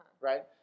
Right